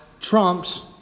trumps